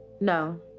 No